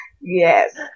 Yes